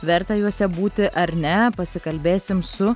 verta juose būti ar ne pasikalbėsim su